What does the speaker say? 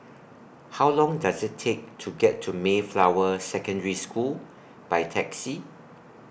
How Long Does IT Take to get to Mayflower Secondary School By Taxi